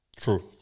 True